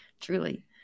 Truly